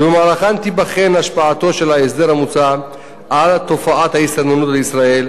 שבמהלכן תיבחן השפעתו של ההסדר המוצע על תופעת ההסתננות לישראל.